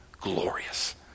glorious